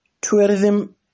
tourism